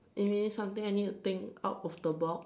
you mean something I need to think out of the box